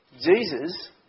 Jesus